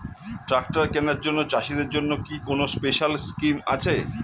Tractor কেনার জন্য চাষিদের জন্য কি কোনো স্পেশাল স্কিম আছে?